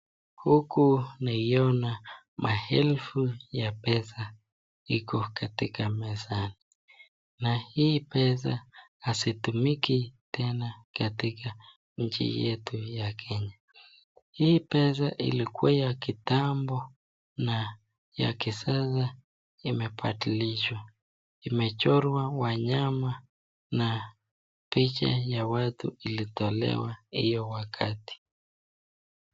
Huku naiona maelfu ya pesa iko katika meza na hii pesa hazitumiki tena katika nchi yetu ya Kenya. Hii pesa ilikuwa ya kitambo na ya kisasa imebadilishwa, imechorwa wanyama na picha ya watu ilitolewa hiyo wakati.